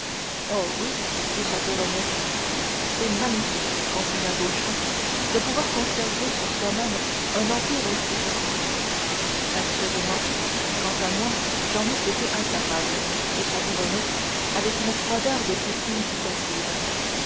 oh oui dit château renaud c'est magnifique continua beauchamp de pouvoir conserver sur soi-même un empire aussi grand assurément quant à moi j'en eusse été incapable dit château renaud avec une froideur des plus significatives